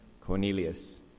Cornelius